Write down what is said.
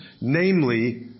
Namely